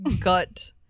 gut